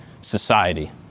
society